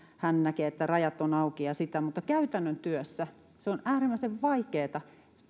hän näkee että rajat ovat auki mutta käytännön työssä on äärimmäisen vaikeata